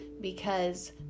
because